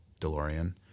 DeLorean